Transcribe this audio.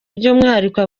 by’umwihariko